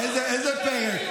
איזה פרק?